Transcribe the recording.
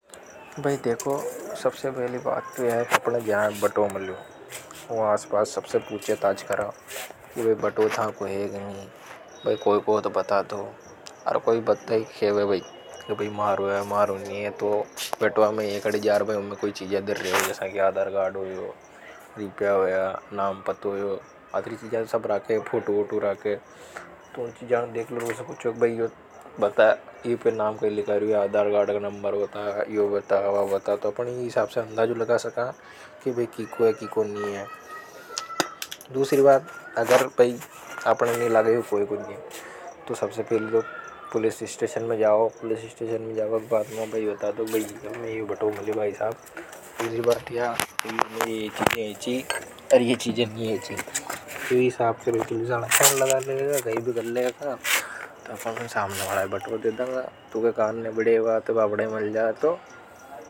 अब देखो सबसे पहली बात तो यह अपने जहां बटो मिलो वह आसपास सबसे पूछे ताज़कर आप यह बटो था कोई नहीं कोई। तो बता तो और कोई बताई है वह भी कोई कोई खेवे मारू है मारू नहीं है तो बेटवा में एकड़ी जार बाय उमे कोई चीजें दिर रहे हैं जैसा कि आधार कार्ड हुए हो। रूपया होया नाम पतो होया अत्री चीजें सब राके फोटो टू राके तो उन चीजें देख लोगों से कुछ बाइयो बता यह पर। नाम कई लिखा रियो आधार कार्ड नंबर बता य बता वा बता तो इन हिसाब से अंदा जो लगा सका कि वह की को है की। नहीं है दूसरी बात अगर बाई आपने नहीं लगे फोटो कुछ नहीं है तो सबसे पहले लो पुलिस स्टेशन में जाओ पुलिस। स्टेशन में जाएगा बात में भी बता तो भी में यह बटो मिले भाई साहब इजी बट या यह चीजें यह चीजें नहीं है चीजें। उन हिसाब से पुलिस हाला फोन लगा लेवे कई है छी ओर ये चीजा नि हेचि कर देंगा तो।